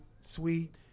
Sweet